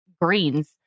greens